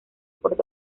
por